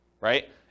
right